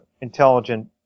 intelligent